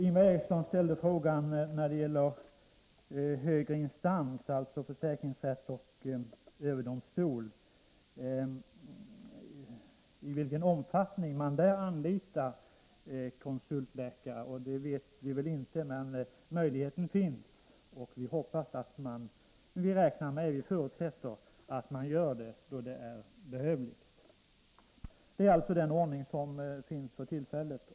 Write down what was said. Ingvar Eriksson ville veta i vilken omfattning försäkringsrätterna och försäkringsöverdomstolen anlitar konsultläkare. Det vet vi inte. Men möjligheten finns, och vi förutsätter att så sker när det är behövligt. Detta är den ordning som gäller för tillfället.